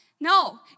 No